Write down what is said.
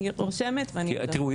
תיראו,